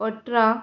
अठरा